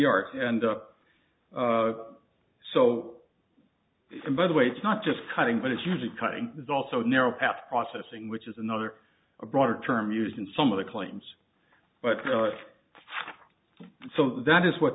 art and up so by the way it's not just cutting but it's really cutting it's also narrow path processing which is another a broader term used in some of the claims but so that is what